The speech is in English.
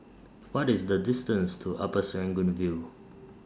What IS The distance to Upper Serangoon View